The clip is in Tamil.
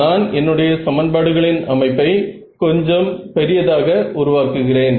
நான் என்னுடைய சமன்பாடுகளின் அமைப்பை கொஞ்சம் பெரியதாக உருவாக்குகிறேன்